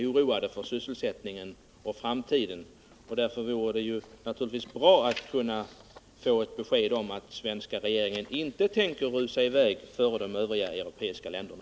De är oroade för sysselsättningen och för framtiden, och därför vore det naturligtvis bra om de kunde få ett besked om att den svenska regeringen inte tänker rusa i väg och införa nya bestämmelser före de andra europeiska länderna.